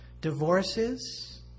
Divorces